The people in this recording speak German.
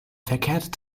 verkehrt